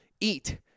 eat